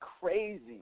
crazy